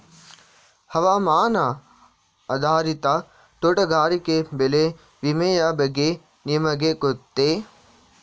ಹವಾಮಾನ ಆಧಾರಿತ ತೋಟಗಾರಿಕೆ ಬೆಳೆ ವಿಮೆಯ ಬಗ್ಗೆ ನಿಮಗೆ ಗೊತ್ತೇ?